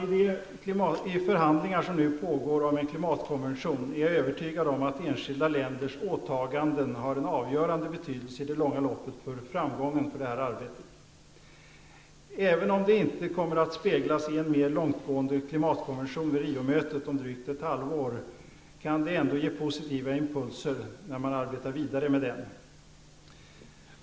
I de förhandlingar som nu pågår om en klimatkonvention är jag övertygad om att enskilda länders åtaganden har en avgörande betydelse i det långa loppet för framgången i detta arbete. Även om det inte kommer att speglas i en mer långtgående klimatkonvention vid Riomötet om drygt ett halvår, kan det ändå ge positiva impulser när man arbetar vidare med den.